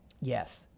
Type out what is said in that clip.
yes